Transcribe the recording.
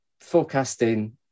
forecasting